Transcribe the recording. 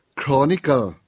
Chronicle